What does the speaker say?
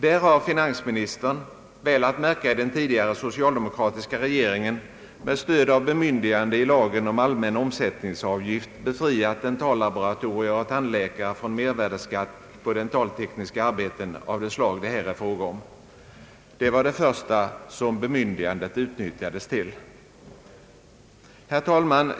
Det har finansministern — väl att märka i den tidigare socialdemokratiska regeringen — med stöd av bemyndigande i lagen om allmän omsättningsavgift befriat dentallaboratorier och tandläkare från mervärdeskatt på dentaltekniska arbeten av det slag det här är fråga om. Det var det första som bemyndigandet utnyttjades till. Herr talman!